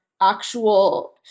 actual